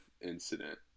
incident